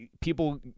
People